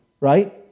right